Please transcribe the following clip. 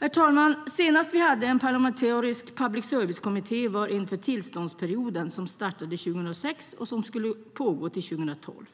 Herr talman! Senast vi hade en parlamentarisk public service-kommitté var inför tillståndsperioden som startade 2006 och som skulle pågå till 2012.